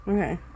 Okay